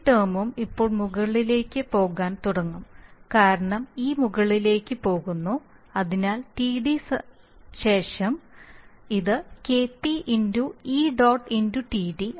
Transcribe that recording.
KP ടേമും ഇപ്പോൾ മുകളിലേക്ക് പോകാൻ തുടങ്ങും കാരണം ഇ മുകളിലേക്ക് പോകുന്നു അതിനാൽ TD ശേഷംസമയത്തിന്ഇത് KP ė TD